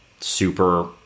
super